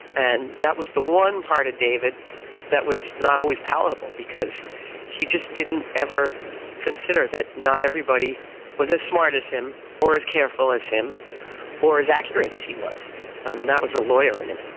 and that was the one part of david that was not always palatable because he just didn't ever consider that not everybody was as smart as him or as careful as him or as accurate as he was and that was. the lawyer in him,